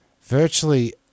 virtually